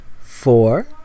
four